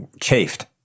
chafed